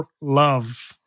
love